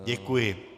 Děkuji.